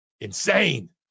insane